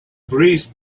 breeze